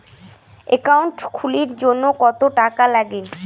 Account খুলির জন্যে কত টাকা নাগে?